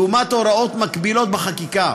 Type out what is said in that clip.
לעומת הוראות מקבילות בחקיקת